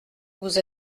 vous